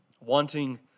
wanting